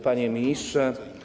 Panie Ministrze!